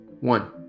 One